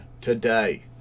today